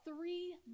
three